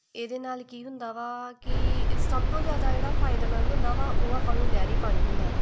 ਇਹਦੇ ਨਾਲ਼ ਕੀ ਹੁੰਦਾ ਵਾ ਕਿ ਸਭ ਤੋਂ ਜ਼ਿਆਦਾ ਜਿਹੜਾ ਫਾਇਦੇਮੰਦ ਹੁੰਦਾ ਵਾ ਉਹ ਆਪਾਂ ਨੂੰ ਨਹਿਰੀ ਪਾਣੀ ਹੁੰਦਾ ਵਾ